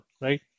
right